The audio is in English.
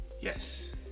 Yes